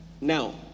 Now